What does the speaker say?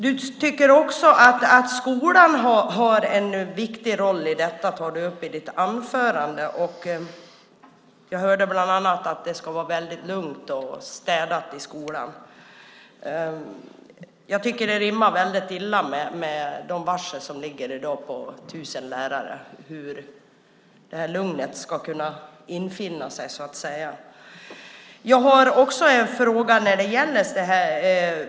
Du tycker att skolan har en viktig roll i detta. Det tar du upp i ditt anförande. Jag hörde bland annat att det ska vara väldigt lugnt och städat i skolan. Jag tycker att det rimmar väldigt illa med de varsel som ligger i dag på tusen lärare. Hur ska lugnet kunna infinna sig?